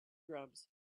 drums